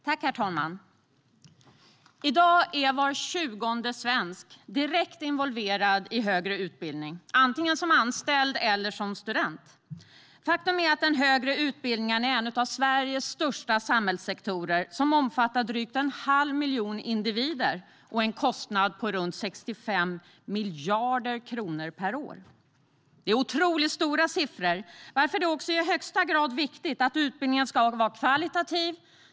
Herr talman! I dag är var tjugonde svensk direkt involverad i högre utbildning, antingen som anställd eller som student. Faktum är att den högre utbildningen är en av Sveriges största samhällssektorer och omfattar drygt en halv miljon individer och en kostnad på runt 65 miljarder kronor per år. Det är otroligt höga siffror. Därför är det också viktigt att utbildningen är högkvalitativ.